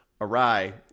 awry